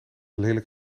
lelijk